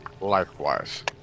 Likewise